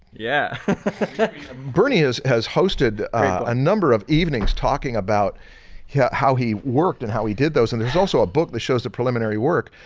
yeah bernie has has hosted a number of evenings talking about yeah how he worked and how he did those and there's also a book that shows the preliminary work,